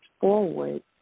forward